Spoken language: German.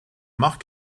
mach